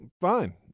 fine